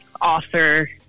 author